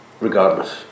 regardless